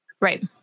Right